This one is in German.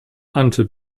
ante